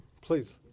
Please